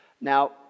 Now